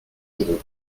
kourou